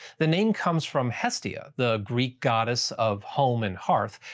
the name comes from hestia, the greek goddess of home and hearth,